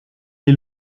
est